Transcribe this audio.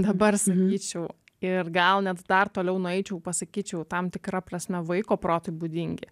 dabar sakyčiau ir gal net dar toliau nueičiau pasakyčiau tam tikra prasme vaiko protui būdingi